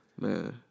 Man